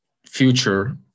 future